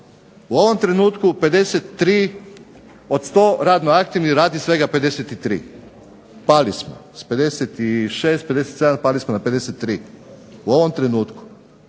U ovom trenutku 53, od 100 radnih aktivnih radi svega 53. Pali smo, s 56, 57 pali smo na 53 u ovom trenutku.